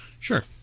Sure